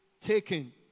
taken